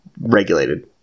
regulated